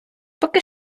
поки